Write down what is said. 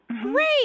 Great